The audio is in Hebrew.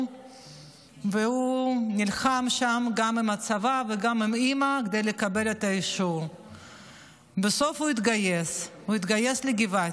הוא נלחם עם אימא שלו כדי שהיא תחתום לו על האישור להתגייס לקרבי.